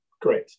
Great